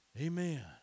Amen